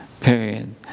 period